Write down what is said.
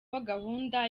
gahunda